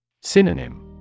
Synonym